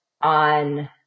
on